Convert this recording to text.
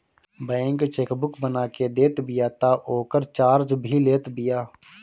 bank chequebook बना के देत बिया तअ ओकर चार्ज भी लेत बिया